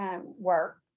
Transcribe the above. work